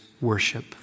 worship